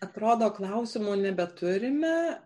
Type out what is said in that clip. atrodo klausimų nebeturime